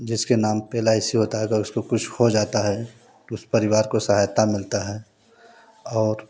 जिसके नाम पे एल आई सी होता है अगर उसको कुछ हो जाता है तो उस परिवार को सहायता मिलता है और